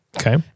Okay